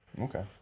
Okay